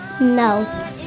No